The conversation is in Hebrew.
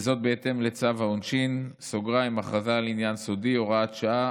בהתאם לצו העונשין (הכרזה על עניין סודי) (הוראת שעה),